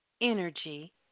energy